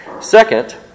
Second